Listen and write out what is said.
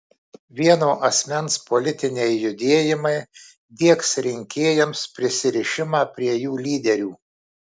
vieno asmens politiniai judėjimai diegs rinkėjams prisirišimą prie jų lyderių